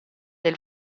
del